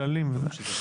בסדר.